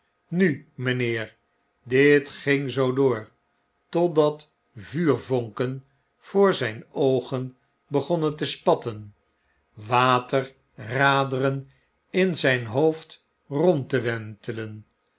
nu mijnheer dit ging zoo door totdat vuurvonken voor zijn oogen begonnen te spatten waterraderen in zgn hoofd rond te